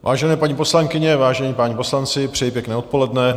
Vážené paní poslankyně, vážení páni poslanci, přeji pěkné odpoledne.